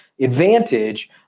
advantage